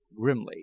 grimly